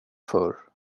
förr